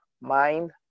mind